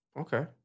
Okay